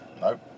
Nope